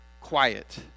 quiet